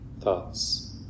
thoughts